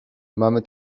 mamy